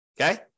okay